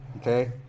Okay